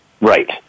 Right